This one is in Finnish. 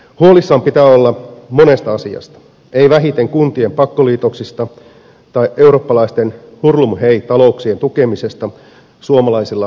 huolissaan pitää olla monesta asiasta ei vähiten kuntien pakkoliitoksista tai eurooppalaisten hurlumhei talouksien tukemisesta suomalaisilla verorahoilla